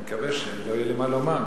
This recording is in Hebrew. אני מקווה שלא יהיה לי מה לומר.